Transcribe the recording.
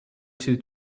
two